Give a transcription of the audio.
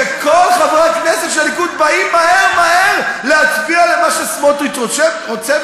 וכל חברי הכנסת של הליכוד באים מהר מהר להצביע למה שסמוטריץ רוצה,